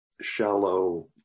shallow